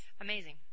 amazing